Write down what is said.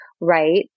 Right